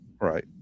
right